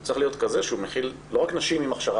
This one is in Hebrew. הוא צריך להיות כזה שהוא מכיל לא רק נשים עם הכשרה